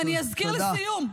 ואני אזכיר לסיום,